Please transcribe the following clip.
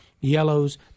yellows